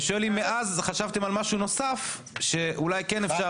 אני שואל אם מאז חשבתם על משהו נוסף שאולי כן אפשר.